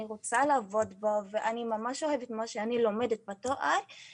רוצה לעבוד בו ואני ממש אוהבת את מה שאני לומדת בתואר,